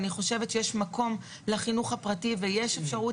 אני חושבת שיש מקום לחינוך הפרטי ויש אפשרות